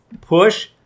Push